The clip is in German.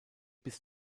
bis